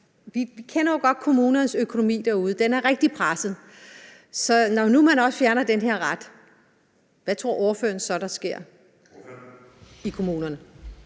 Vi kender jo godt kommunernes økonomi derude; den er rigtig presset. Så når man nu også fjerner den har ret, hvad tror ordføreren så der sker i kommunerne?